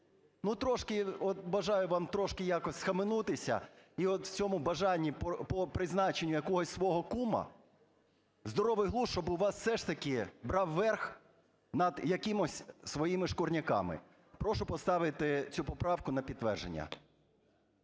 Трішки, от бажаю вам трішки якось схаменутися, і от в цьому бажанні по призначенню якогось свого кума здоровий глузд, щоб у вас все ж таки брав верх над якимись своїми шкурниками. Прошу поставити цю поправку на підтвердження.